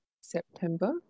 September